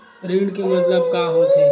ऋण के मतलब का होथे?